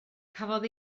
cafodd